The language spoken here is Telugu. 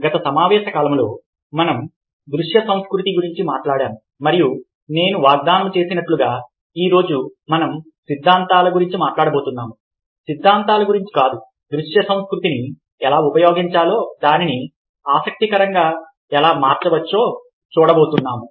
గత సమావేశ కాలములో మనం దృశ్య సంస్కృతి గురించి మాట్లాడాము మరియు నేను వాగ్దానం చేసినట్లుగా ఈ రోజు మనం సిద్ధాంతాల గురించి మాట్లాడబోతున్నాము సిద్ధాంతాల గురించి కాదు దృశ్య సంస్కృతిని ఎలా ఉపయోగించాలో దానిని ఆసక్తికరంగా ఎలా మార్చవచ్చో చూడబోతున్నాము